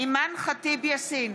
אימאן ח'טיב יאסין,